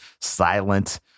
silent